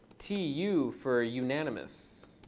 t. u for unanimous.